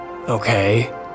Okay